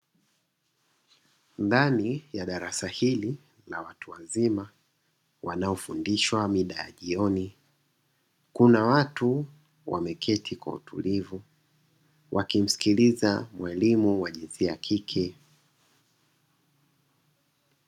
Ndani ya darasa hili la watu wazima wanaofundishwa mida ya jioni kuna watu wameketi kwa utulivu wakimsikiliza mwalimu wa jinsia ya kike.